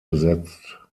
besetzt